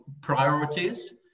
priorities